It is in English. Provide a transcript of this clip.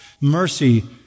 Mercy